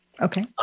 Okay